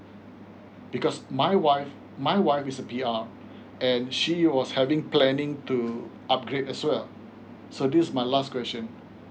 because my wife my wife is a P_R and she was having planning to upgrade as well so this is my last question